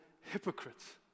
hypocrites